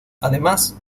además